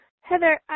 Heather